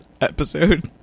episode